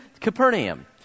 Capernaum